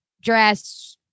dress